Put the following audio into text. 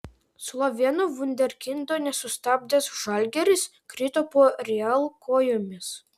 slovėnų vunderkindo nesustabdęs žalgiris krito po real kojomis